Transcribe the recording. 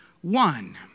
one